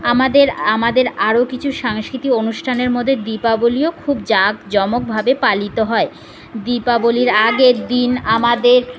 আমাদের আমাদের আরও কিছু সাংস্কৃতিক অনুষ্ঠানের মধ্যে দীপাবলীও খুব জাঁকজমকভাবে পালিত হয় দীপাবলীর আগের দিন আমাদের